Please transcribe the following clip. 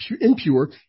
impure